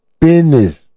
business